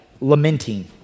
lamenting